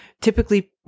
Typically